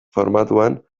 formatuan